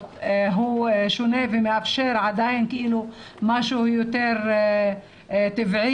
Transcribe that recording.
הוא שונה ומאפשר עדיין משהו יותר טבעי,